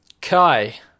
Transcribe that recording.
Kai